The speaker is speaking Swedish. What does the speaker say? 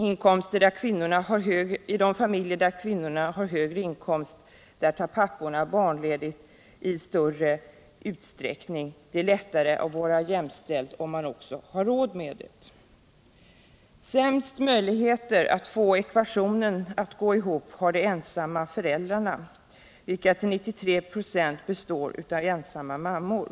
I de familjerna tar papporna barnledigt i större utsträckning. Det är lättare att vara jämställd om man också har råd med det. Sämst möjligheter att få ekvationen att gå ihop har de ensamma föräldrarna, vilka till 93 96 består av ensamma mammor.